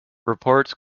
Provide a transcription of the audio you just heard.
reports